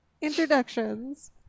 Introductions